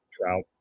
Trout